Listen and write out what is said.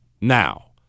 now